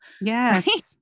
Yes